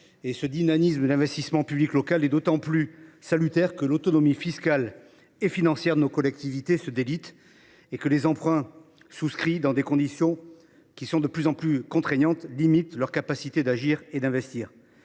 Ce dynamisme d’investissement public local est d’autant plus salutaire que l’autonomie fiscale et financière de nos collectivités se délite, et que les emprunts souscrits dans des conditions de plus en plus contraignantes limitent leur capacité d’agir et d’investir.